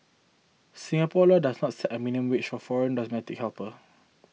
Singapore laws does not set a minimum wage for foreign domestic helper